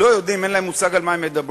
לא יודעים, אין להם מושג על מה הם מדברים,